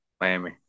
miami